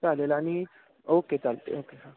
चालेल आणि ओके चालत आहे ओके हां